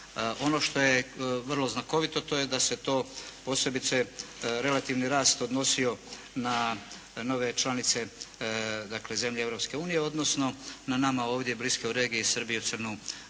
ono što je vrlo znakovito to je da se to posebice, relativni rast odnosi na nove članice dakle, zemlje Europske unije, odnosno na nama ovdje bliske u regiji Srbiju, Crnu Goru,